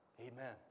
Amen